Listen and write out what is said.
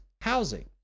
housing